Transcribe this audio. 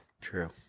True